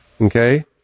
Okay